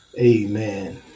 amen